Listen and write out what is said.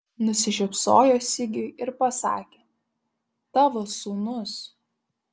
nusišypsojo sigiui ir pasakė tavo sūnus